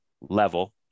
level